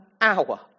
hour